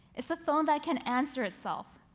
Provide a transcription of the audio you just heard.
it's a phone that can answer itself,